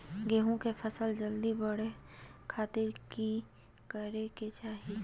गेहूं के फसल जल्दी बड़े खातिर की करे के चाही?